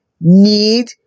need